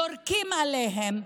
יורקים עליהם,